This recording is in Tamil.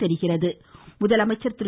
ழுதலமைச்சர் திரு